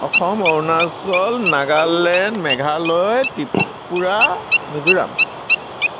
Assam Arunachal Nagaland Meghalaya Tripura Mizoram